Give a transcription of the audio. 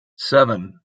seven